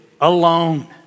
alone